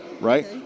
right